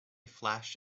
flash